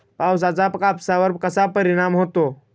पावसाचा कापसावर कसा परिणाम होतो?